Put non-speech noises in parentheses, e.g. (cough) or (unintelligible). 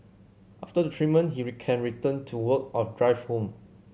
after the treatment he (unintelligible) can return to work or drive home